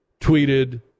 tweeted